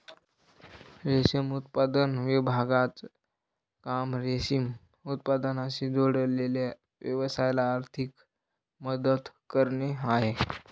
रेशम उत्पादन विभागाचं काम रेशीम उत्पादनाशी जोडलेल्या व्यवसायाला आर्थिक मदत करणे आहे